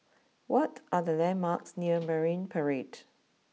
what are the landmarks near Marine Parade